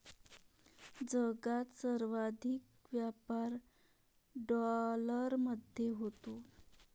जगात सर्वाधिक व्यापार डॉलरमध्ये होतो